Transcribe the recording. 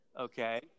okay